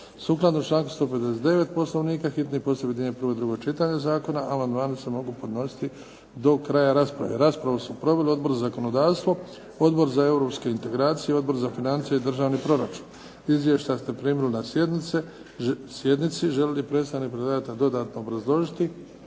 Sukladno članku 159. Poslovnika hitni postupak objedinjuje prvo i drugo čitanje zakona. Amandmani se mogu podnositi do kraja rasprave. Raspravu su proveli Odbor za zakonodavstvo, Odbor za europske integracije, Odbor za financije i državni proračun. Izvješća ste primili na sjednici. Želi li predstavnik predlagatelja dodatno obrazložiti?